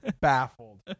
baffled